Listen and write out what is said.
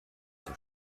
der